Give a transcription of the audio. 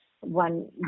one